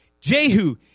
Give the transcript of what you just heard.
Jehu